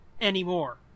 anymore